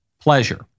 pleasure